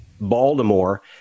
Baltimore